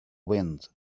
wind